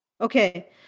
Okay